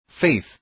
Faith